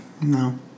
No